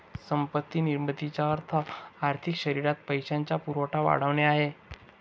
संपत्ती निर्मितीचा अर्थ आर्थिक शरीरात पैशाचा पुरवठा वाढवणे आहे